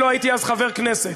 אני לא הייתי אז חבר כנסת,